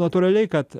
natūraliai kad